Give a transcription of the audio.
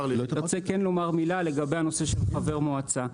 רוצה כן לומר מילה לגבי הנושא של חבר מועצה.